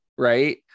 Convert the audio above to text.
Right